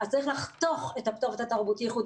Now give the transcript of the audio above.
צריך לחתוך את הפטור ואת התרבותי-ייחודי,